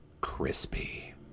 Crispy